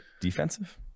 defensive